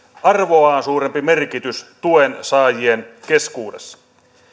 arvoaan suurempi merkitys tuen saajien keskuudessa